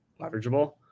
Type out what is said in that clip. leverageable